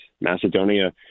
Macedonia